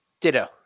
ditto